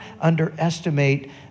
underestimate